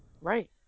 right